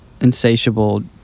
insatiable